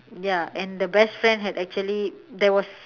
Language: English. ya and the best friend had actually there was